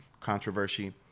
Controversy